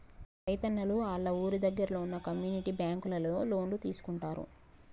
రైతున్నలు ఆళ్ళ ఊరి దగ్గరలో వున్న కమ్యూనిటీ బ్యాంకులలో లోన్లు తీసుకుంటారు